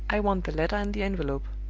i want the letter and the envelope.